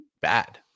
bad